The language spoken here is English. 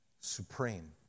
Supreme